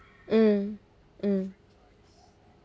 mm mm